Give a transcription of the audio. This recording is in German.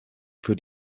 für